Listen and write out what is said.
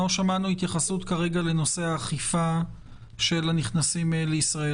שמענו כרגע התייחסות לנושא האכיפה של הנכנסים לישראל.